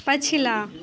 पछिला